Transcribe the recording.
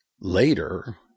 later